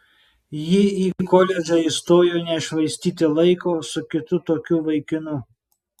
ji į koledžą įstojo nešvaistyti laiko su kitu tokiu vaikinu